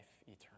eternal